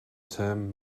term